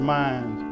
mind